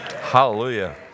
Hallelujah